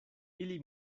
ili